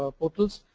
ah portals.